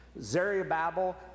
Zerubbabel